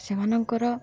ସେମାନଙ୍କର